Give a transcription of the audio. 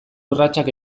urratsak